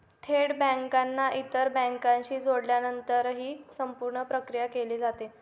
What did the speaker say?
थेट बँकांना इतर बँकांशी जोडल्यानंतरच ही संपूर्ण प्रक्रिया केली जाते